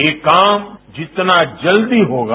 ये काम जितना जल्दी होगा